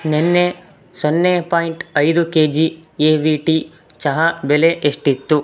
ನೆನ್ನೆ ಸೊನ್ನೆ ಪಾಯಿಂಟ್ ಐದು K G A V T ಚಹಾ ಬೆಲೆ ಎಷ್ಟಿತ್ತು